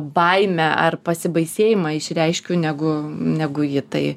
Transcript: baimę ar pasibaisėjimą išreiškiu negu negu ji tai